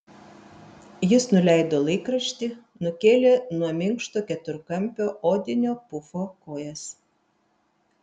jis nuleido laikraštį nukėlė nuo minkšto keturkampio odinio pufo kojas